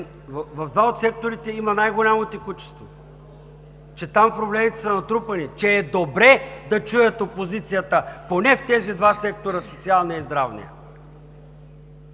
в два от секторите с най-голямо текучество – там проблемите са натрупани, че е добре да чуят опозицията поне в тези два сектора – социалния и здравния?